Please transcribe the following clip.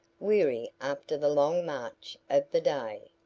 weary after the long march of the day.